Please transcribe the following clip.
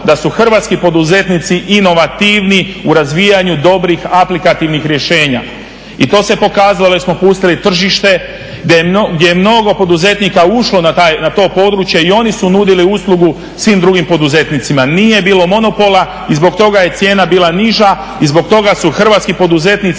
hrvatski poduzetnici inovativni u razvijanju dobrih aplikativnih rješenja. I to se pokazalo jer smo pustili tržište gdje je mnogo poduzetnika ušlo na to područje i oni su nudili uslugu svim drugim poduzetnicima. Nije bilo monopola i zbog toga je cijena bila niža i zbog toga su hrvatski poduzetnici